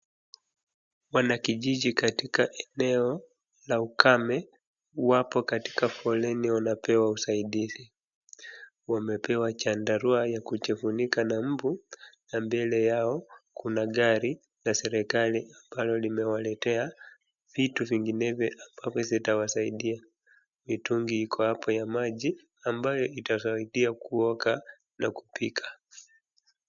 Wanakijiji katika eneo la ukame wapo katika foleni wanapewa usaidizi. wamepewa chandarua ya kujifunika na mbu na mbele yao kuna gari la serikali ambalo limewaletea vitu vinginevyo ambavyo zitawasaidia. Mitungi iko hapo ya maji ambayo itasaidia kuoga na kupika.